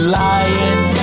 lying